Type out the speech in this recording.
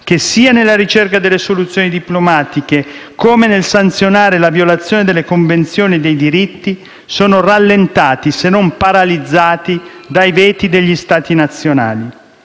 che, sia nella ricerca delle soluzioni diplomatiche come nel sanzionare la violazione delle convenzioni e dei diritti, sono rallentati, se non paralizzati, dai veti degli Stati nazionali.